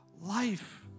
life